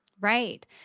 right